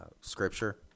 Scripture